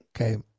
Okay